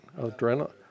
Adrenaline